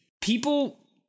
people